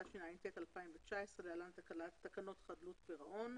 התשע"ט-2019 (להלן תקנות חדלות פירעון),